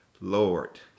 Lord